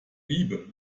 liebe